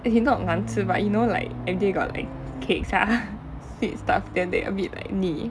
as in not 难吃 but you know like everyday got like cakes lah sweet stuff then they a bit like 腻